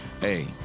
hey